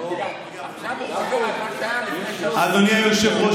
עכשיו הוא מדבר על מה שהיה לפני --- אדוני היושב-ראש,